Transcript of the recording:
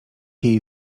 jej